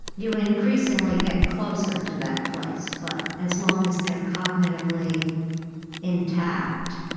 you increasingly get closer to that place, but as long as they're cognitively intact,